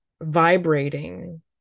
vibrating